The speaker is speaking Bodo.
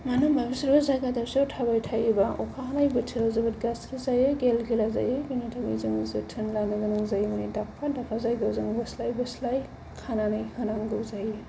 मानो होनोबा बिसोरबो जायगा दाबसेआव थाबाय थायोबा अखा हानाय बोथोराव जोबोद गाज्रि जायो गेलगेला जायो बेनि थाखायनो जों जोथोन लानो गोनां जायो माने दाबफा दाबफा जायगायाव जोङो बोस्लाय बोस्लाय खानानै होनांगौ जायो